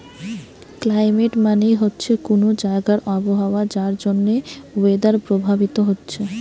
climate মানে হচ্ছে কুনো জাগার আবহাওয়া যার জন্যে ওয়েদার প্রভাবিত হচ্ছে